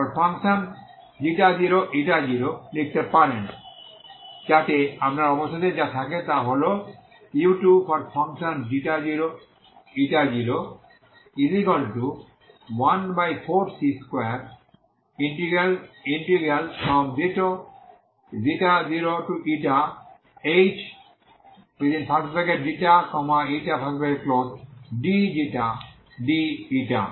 লিখতে পারেন যাতে আপনার অবশেষে যা থাকে তা হল〖u20014c2∬0hξηdξ dη